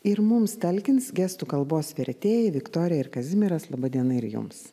ir mums talkins gestų kalbos vertėja viktorija ir kazimieras laba diena ir jums